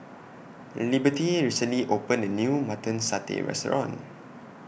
Liberty recently opened A New Mutton Satay Restaurant